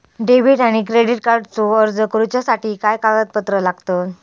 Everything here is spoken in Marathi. डेबिट आणि क्रेडिट कार्डचो अर्ज करुच्यासाठी काय कागदपत्र लागतत?